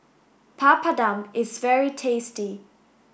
Papadum is very tasty